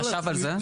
חשב על זה.